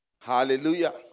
Hallelujah